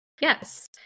yes